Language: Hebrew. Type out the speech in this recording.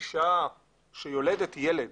אישה שיולדת ילד,